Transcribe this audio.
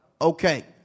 okay